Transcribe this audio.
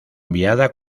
enviada